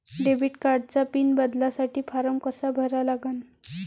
Debit कार्डचा PIN बदलासाठी form कसा भरा लागन?